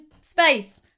space